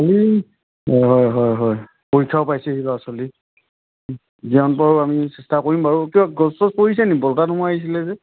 হয় হয় হয় পৰীক্ষাও পাইছেহি ল'ৰা ছোৱালীৰ যিমান পাৰোঁ আমি চেষ্টা কৰিম বাৰু কিয় গছ তছ পৰিছে নি